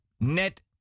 net